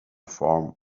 form